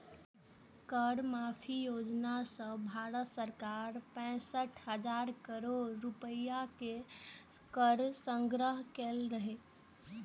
कर माफी योजना सं भारत सरकार पैंसठ हजार करोड़ रुपैया के कर संग्रह केने रहै